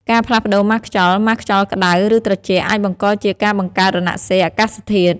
ការផ្លាស់ប្តូរម៉ាស់ខ្យល់ ម៉ាស់ខ្យល់ក្តៅ ឬត្រជាក់ អាចបង្កជាការបង្កើតរណសិរ្សអាកាសធាតុ។